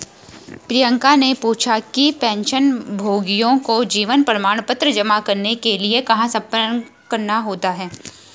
प्रियंका ने पूछा कि पेंशनभोगियों को जीवन प्रमाण पत्र जमा करने के लिए कहाँ संपर्क करना होता है?